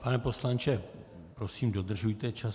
Pane poslanče, prosím dodržujte čas.